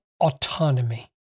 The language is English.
autonomy